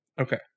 Okay